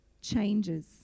changes